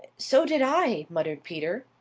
so did i! muttered peter.